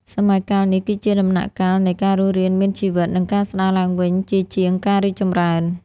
សម័យកាលនេះគឺជាដំណាក់កាលនៃ ការរស់រានមានជីវិត និងការស្តារឡើងវិញ ជាជាងការរីកចម្រើន។